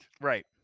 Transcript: Right